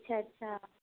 اچھا اچھا